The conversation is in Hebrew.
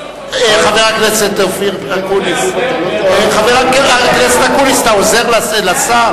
חבר הכנסת אקוניס, אתה עוזר לשר?